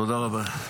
תודה רבה.